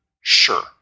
sure